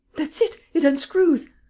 that's it it unscrews.